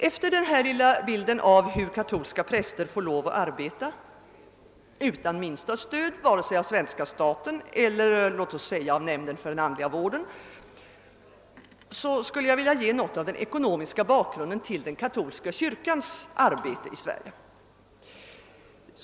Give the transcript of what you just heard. Efter den här lilla bilden av hur katolska präster får lov att arbeta, utan minsta stöd vare sig av svenska staten eller av Nämnden för den andliga vården, skulle jag vilja ge något av den ekonomiska bakgrunden till den katolska kyrkans arbete i Sverige.